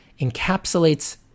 encapsulates